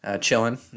chilling